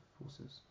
forces